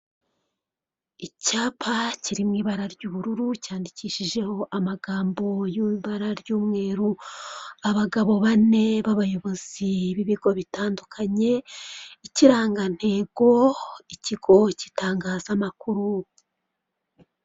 Icyapa kiri mu ibara ry'ubururu cyandikishijeho amagambo y'ibara ry'umweru. Abagabo bane b'abayobozi b'ibigo bitandukanye, ikirangantego, ikigo cy'itangazamakuru.